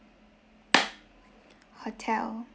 hotel